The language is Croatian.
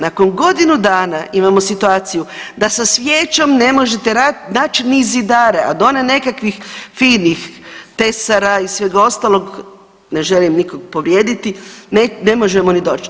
Nakon godinu dana imamo situaciju da sa svijećom ne možete naći ni zidare, a do onih nekakvih finih tesara i svega ostalog ne želim nikog povrijediti, ne možemo ni doći.